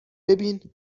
ببین